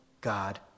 God